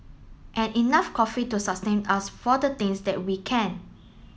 and enough coffee to sustain us for the things that we can